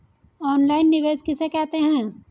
Online निवेश किसे कहते हैं?